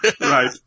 Right